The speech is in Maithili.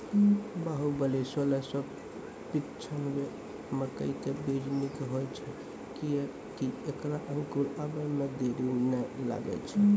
बाहुबली सोलह सौ पिच्छान्यबे मकई के बीज निक होई छै किये की ऐकरा अंकुर आबै मे देरी नैय लागै छै?